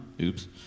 Oops